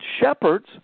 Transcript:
shepherds